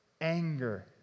Anger